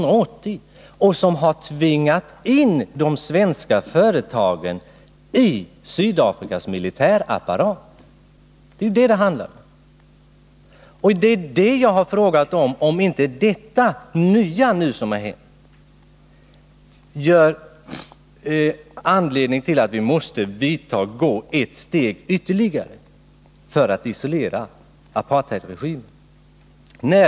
Dessa lagar har tvingat in de svenska företagen i Sydafrikas militärapparat. Det är ju det som det handlar om. Jag har frågat om inte detta ger oss anledning att ta ytterligare ett steg för att isolera apartheidregimen.